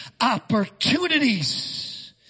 opportunities